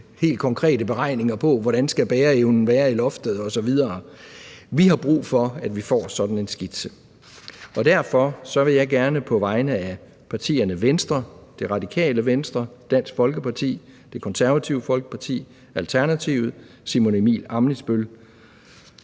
helt konkrete beregninger på, hvordan bæreevnen i loftet skal være osv. Vi har brug for, at vi får sådan en skitse, og derfor vil jeg gerne på vegne af partierne Venstre, Radikale Venstre, Dansk Folkeparti, Det Konservative Folkeparti, Alternativet, Simon Emil Ammitzbøll